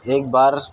ایک بار